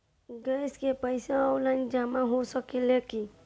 Gas के पइसा online जमा हो सकेला की?